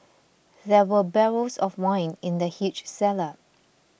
there were barrels of wine in the huge cellar